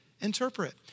interpret